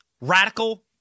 radical